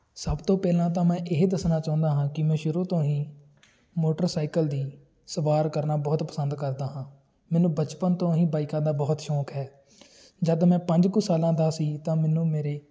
ਸਭ ਤੋਂ ਪਹਿਲਾਂ ਤਾਂ ਮੈਂ ਇਹ ਦੱਸਣਾ ਚਾਹੁੰਦਾ ਹਾਂ ਕਿ ਮੈਂ ਸ਼ੁਰੂ ਤੋਂ ਹੀ ਮੋਟਰਸਾਈਕਲ ਦੀ ਸਵਾਰ ਕਰਨਾ ਬਹੁਤ ਪਸੰਦ ਕਰਦਾ ਹਾਂ ਮੈਨੂੰ ਬਚਪਨ ਤੋਂ ਹੀ ਬਾਈਕਾਂ ਦਾ ਬਹੁਤ ਸ਼ੌਂਕ ਹੈ ਜਦ ਮੈਂ ਪੰਜ ਕੁ ਸਾਲਾਂ ਦਾ ਸੀ ਤਾਂ ਮੈਨੂੰ ਮੇਰੇ